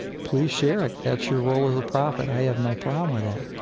please share it. that's your role as a prophet. i have no problem with that.